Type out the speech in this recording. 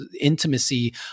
intimacy